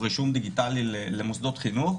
רישום דיגיטלי למוסדות חינוך,